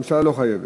הממשלה לא חייבת.